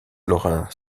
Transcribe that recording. lorrain